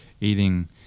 eating